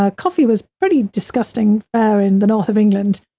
ah coffee was pretty disgusting, fair in the north of england,